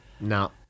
No